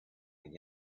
and